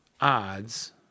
odds